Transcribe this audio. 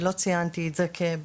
ולא ציינתי את זה כבעיה.